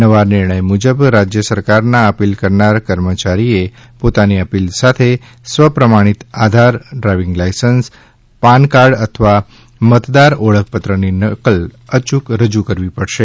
નવા નિર્ણય મુજબ રાજ્ય સરકારના અપીલ કરનાર કર્મચારીએ પોતાની અપીલ સાથે સ્વપ્રમાણીત આધાર ડ્રાઈવીંગ લાયસન્સ પાનકાર્ડ અથવા મતદાર ઓળખપત્રની નકલ અચૂક રજૂ કરવી પડશે